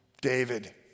David